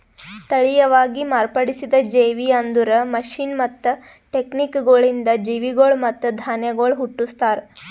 ತಳಿಯವಾಗಿ ಮಾರ್ಪಡಿಸಿದ ಜೇವಿ ಅಂದುರ್ ಮಷೀನ್ ಮತ್ತ ಟೆಕ್ನಿಕಗೊಳಿಂದ್ ಜೀವಿಗೊಳ್ ಮತ್ತ ಧಾನ್ಯಗೊಳ್ ಹುಟ್ಟುಸ್ತಾರ್